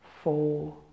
Four